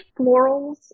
florals